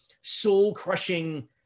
soul-crushing